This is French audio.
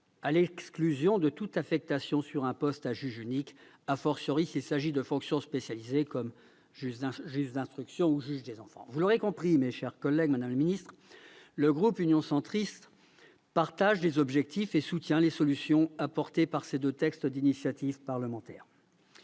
à l'exclusion de toute affectation sur un poste à juge unique, s'il s'agit de fonctions spécialisées comme juge d'instruction ou juges des enfants. Vous l'aurez compris, mes chers collègues, madame la garde des sceaux, le groupe Union Centriste partage les objectifs de ces deux textes d'initiative parlementaire